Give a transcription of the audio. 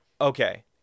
Okay